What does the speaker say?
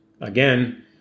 Again